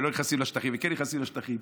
ולא נכנסים לשטחים וכן נכנסים לשטחים.